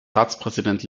ratspräsident